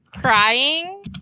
crying